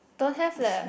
don't have leh